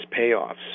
payoffs